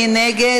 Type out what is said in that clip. מי נגד?